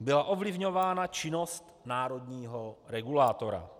byla ovlivňována činnost národního regulátora.